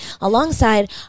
alongside